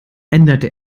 änderte